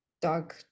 dog